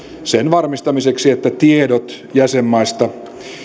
sen varmistamiseksi että tiedot jäsenmaista